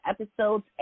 episodes